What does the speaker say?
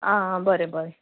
आं आं बरें बरें